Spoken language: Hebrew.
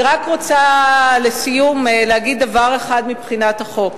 אני רק רוצה לסיום להגיד דבר אחד מבחינת החוק: